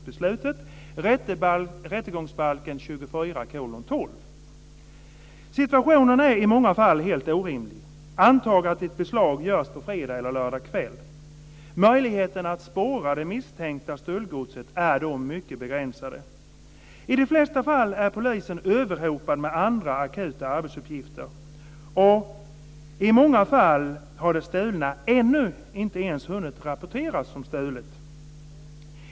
12.00 Situationen är i många fall helt orimlig. Antag att ett beslag görs på fredag eller lördag kväll. Möjligheten att spåra det misstänkta stöldgodset är då mycket begränsad. I de flesta fall är polisen överhopad av andra akuta arbetsuppgifter. I många fall har det stulna inte ens hunnit bli rapporterat som stulet.